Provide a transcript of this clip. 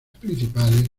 principales